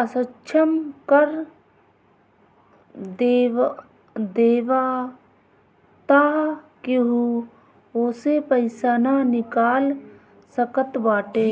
असक्षम कर देबाअ तअ केहू ओसे पईसा ना निकाल सकत बाटे